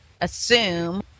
assume